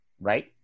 right